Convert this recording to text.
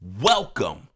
welcome